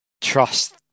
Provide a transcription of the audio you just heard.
trust